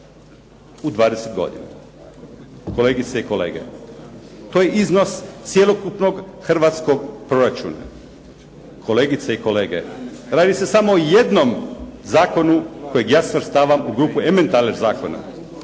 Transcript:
u 20 godina. Kolegice i kolege to je iznos cjelokupnog hrvatskog proračuna. Kolegice i kolege, radi se samo o jednom zakonu kojeg ja svrstavam u grupu ementaler zakona